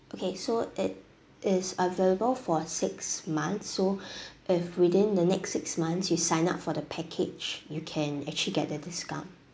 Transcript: okay so it is available for six months so if within the next six months you sign up for the package you can actually get the discount